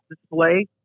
display